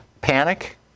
panic